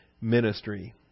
ministry